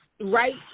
right